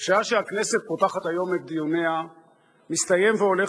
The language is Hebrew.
בשעה שהכנסת פותחת היום את דיוניה מסתיים והולך